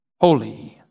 holy